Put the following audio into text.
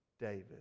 David